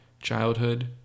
childhood